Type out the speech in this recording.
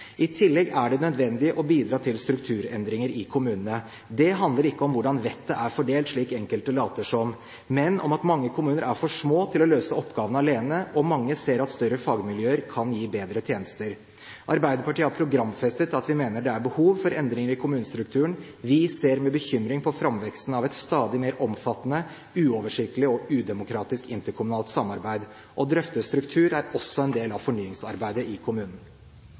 I tillegg er det nødvendig å bidra til strukturendringer i kommunene. Det handler ikke om hvordan vettet er fordelt, slik enkelte later som, men om at mange kommuner er for små til å løse oppgavene alene, og mange ser at større fagmiljøer kan gi bedre tjenester. Arbeiderpartiet har programfestet at vi mener det er behov for endringer i kommunestrukturen. Vi ser med bekymring på framveksten av et stadig mer omfattende, uoversiktlig og udemokratisk interkommunalt samarbeid. Å drøfte struktur er også en del av fornyingsarbeidet i kommunen.